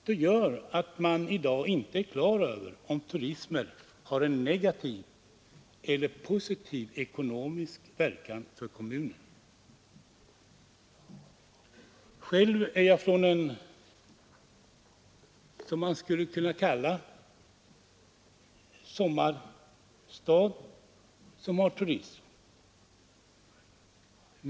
Det gör att man i dag inte är klar över om turismen har negativ eller positiv ekonomisk verkan för kommunen. Själv är jag från en vad man skulle kunna kalla sommarstad, som har turism.